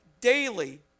daily